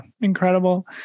Incredible